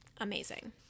amazing